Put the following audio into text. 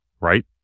right